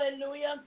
hallelujah